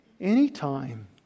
Anytime